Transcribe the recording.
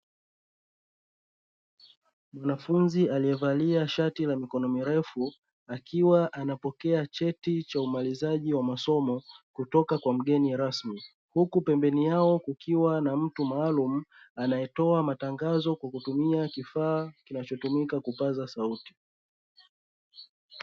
Mwanafunzi aliyevalia shati la mikono mirefu akiwa anapokea cheti cha umalizaji wa masomo kutoka kwa mgeni rasmi, huku pembeni yao kukiwa na mtu maalumu anayetoa matangazo kwa kutumia kifaa kinachotumika kupaza sauti.